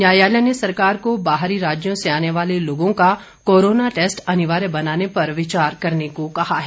न्यायालय ने सरकार को बाहरी राज्यों से आने वाले लोगों का कोरोना टैस्ट अनिवार्य बनाने पर विचार करने को कहा है